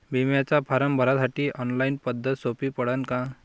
बिम्याचा फारम भरासाठी ऑनलाईन पद्धत सोपी पडन का?